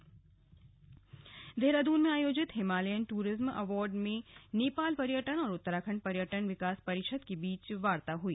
Indo Nepal meeting Dehradun में आयोजित Himalayan tourism award में नेपाल पर्यटन और उत्तराखण्ड पर्यटन विकास परिषद के बीच वार्ता हुई